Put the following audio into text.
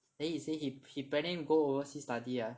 then he say he planning to go oversea study ah